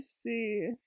see